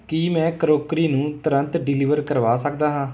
ਕੀ ਮੈਂ ਕਰੌਕਰੀ ਨੂੰ ਤੁਰੰਤ ਡਿਲੀਵਰ ਕਰਵਾ ਸਕਦਾ ਹਾਂ